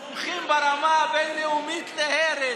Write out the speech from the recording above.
אתם מומחים ברמה הבין-לאומית להרס,